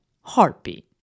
heartbeat